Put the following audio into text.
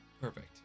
Perfect